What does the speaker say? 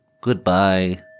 goodbye